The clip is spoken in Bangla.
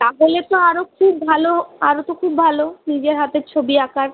তাহলে তো আরও খুব ভালো আরও তো খুব ভালো নিজের হাতে ছবি আঁকার